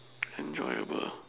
enjoyable